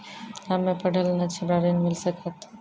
हम्मे पढ़ल न छी हमरा ऋण मिल सकत?